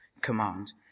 command